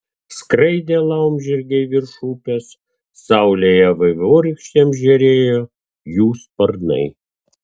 skraidė laumžirgiai virš upės saulėje vaivorykštėm žėrėjo jų sparnai